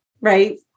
right